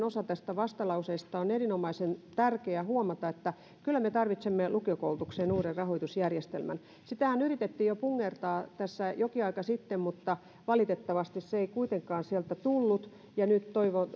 osa vastalauseesta on erinomaisen tärkeää huomata se että kyllä me tarvitsemme lukiokoulutukseen uuden rahoitusjärjestelmän sitähän yritettiin jo punnertaa tässä jokin aika sitten mutta valitettavasti se ei kuitenkaan sieltä tullut ja nyt